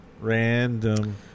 Random